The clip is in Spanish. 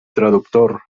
traductor